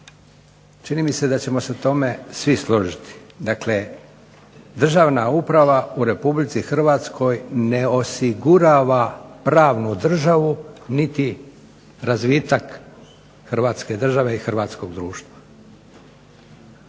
Čini mi se da ćemo se u tome svi složiti, dakle državna uprava u Republici Hrvatskoj ne osigurava pravnu državu, niti razvitak hrvatske države i hrvatskog društva.